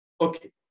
Okay